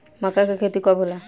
मक्का के खेती कब होला?